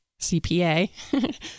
CPA